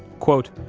quote,